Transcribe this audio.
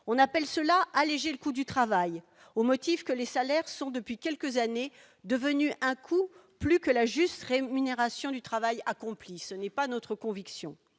on appelle cela : alléger le coût du travail, au motif que les salaires sont depuis quelques années, devenu un coup plus que la juste rémunération du travail accompli, ce n'est pas notre conviction,